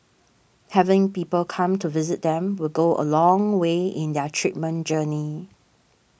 having people come to visit them will go a long way in their treatment journey